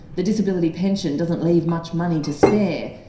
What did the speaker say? the disability pension doesn't leave much money to spare,